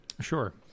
Sure